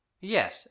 Yes